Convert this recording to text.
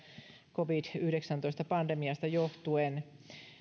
covid yhdeksäntoista pandemiasta johtuen